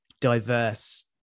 diverse